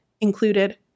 included